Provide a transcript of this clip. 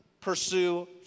pursue